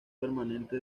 permanente